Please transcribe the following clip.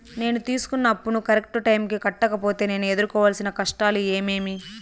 నేను తీసుకున్న అప్పును కరెక్టు టైముకి కట్టకపోతే నేను ఎదురుకోవాల్సిన కష్టాలు ఏమీమి?